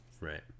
Right